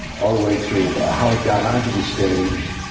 all the way through how it got onto the stage,